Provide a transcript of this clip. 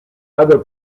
other